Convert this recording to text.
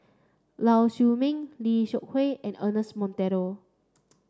Lau Siew Mei Lim Seok Hui and Ernest Monteiro